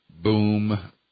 boom